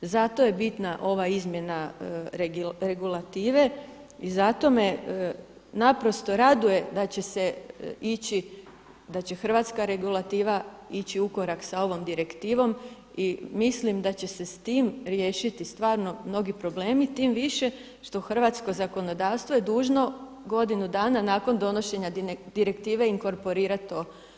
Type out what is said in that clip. Zato je bitna ova izmjena regulative i zato me naprosto raduje da će se ići da će hrvatska regulativa ići u korak sa ovom direktivom i mislim da će se s tim riješiti stvarno mnogi problemi, tim više što hrvatsko zakonodavstvo je dužno godinu dana nakon donošenja direktive inkorporirat to.